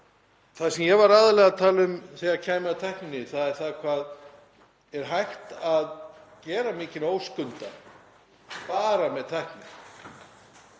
Það sem ég var aðallega að tala um þegar kemur að tækninni er það hvað hægt er að gera mikinn óskunda bara með henni